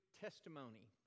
testimony